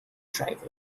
driver